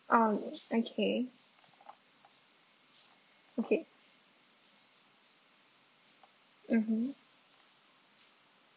oh okay okay mmhmm